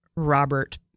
Robert